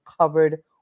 covered